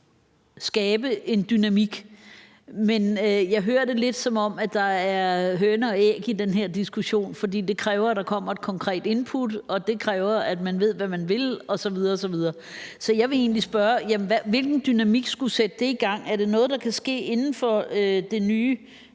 skabe en dynamik, men jeg hører det lidt, som om der er høne og æg i den her diskussion, for det kræver, der kommer et konkret input, og det kræver, at man ved, hvad man vil osv. osv. Så jeg vil egentlig spørge: Hvilken dynamik skulle sætte det i gang? Er det noget, der kan ske inden for det nye